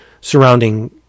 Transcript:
surrounding